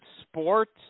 sports